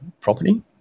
property